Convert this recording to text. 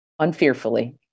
unfearfully